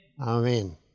Amen